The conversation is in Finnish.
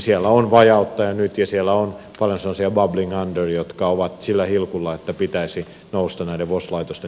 siellä on vajautta jo nyt ja siellä on paljon sellaisia bubbling under jotka ovat sillä hilkulla että niiden pitäisi nousta näiden vos laitosten piiriin